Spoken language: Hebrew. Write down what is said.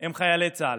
הם חיילי צה"ל.